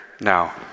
now